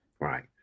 right